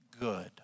good